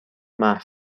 محو